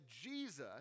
Jesus